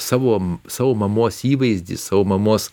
savo savo mamos įvaizdį savo mamos